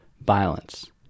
violence